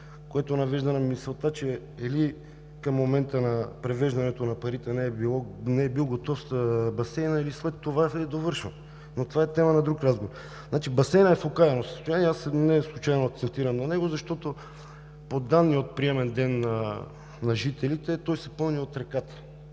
което навежда на мисълта, че или към момента на превеждането на парите не е бил готов басейнът или след това е довършвана, но това е тема на друг разговор. Басейнът е в окаяно състояние, неслучайно акцентирам на него, защото по данни от приемен ден на жителите, той се пълни от реката,